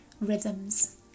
rhythms